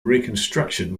reconstruction